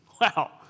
Wow